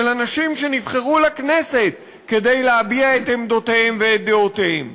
של אנשים שנבחרו לכנסת כדי להביע את עמדותיהם ואת דעותיהם.